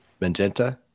magenta